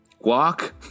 walk